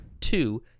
Two